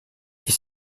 est